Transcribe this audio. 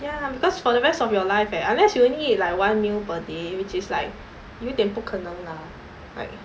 ya because for the rest of your life leh unless you only eat like one meal per day which is like 有一点不可能 lah like